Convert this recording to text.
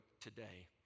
today